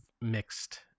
mixed